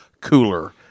cooler